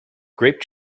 grape